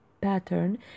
pattern